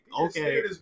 Okay